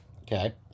Okay